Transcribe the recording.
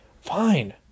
Fine